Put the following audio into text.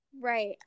Right